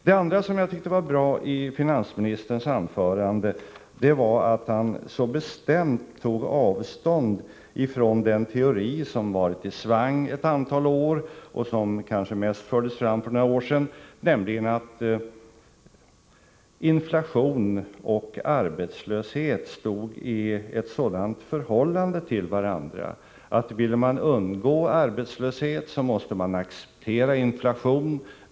Det andra jag tyckte var bra i finansministerns anförande var att han så bestämt tog avstånd från den teori som varit i svang ett antal år, nämligen att inflation och arbetslöshet skulle stå i ett sådant förhållande till varandra att ville man undgå arbetslöshet, så måste man acceptera inflation.